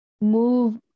move